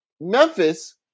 Memphis